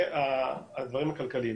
והעניינים הכלכליים.